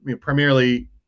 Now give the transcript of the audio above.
primarily